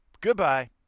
Goodbye